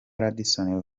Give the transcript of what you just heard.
radisson